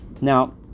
Now